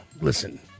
listen